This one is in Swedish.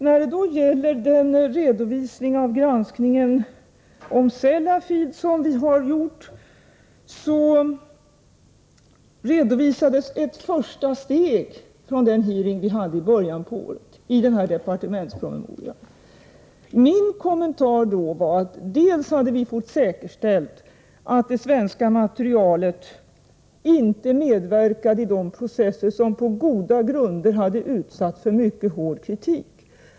När det gäller redovisningen av den granskning av Sellafield som vi har gjort redovisades ett första steg i den hearing vi hade i början av året och som ingick i departementspromemorian. Min kommentar var då att vi hade fått säkerställt att det svenska materialet inte medverkar i de processer som på goda grunder hade utsatts för mycket hård kritik.